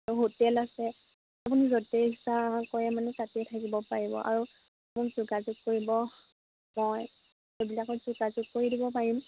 আৰু হোটেল আছে আপুনি য'তে ইচ্ছা কৰে মানে তাতে থাকিব পাৰিব আৰু মোক যোগাযোগ কৰিব মই এইবিলাকত যোগাযোগ কৰি দিব পাৰিম